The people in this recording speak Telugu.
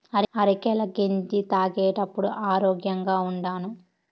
అరికెల గెంజి తాగేప్పుడే ఆరోగ్యంగా ఉండాను